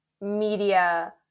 media